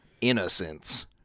Innocence